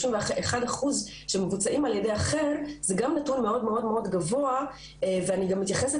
31 אחוז שמבוצעים על ידי אחר זה גם נתון מאוד גבוה ואני גם מתייחסת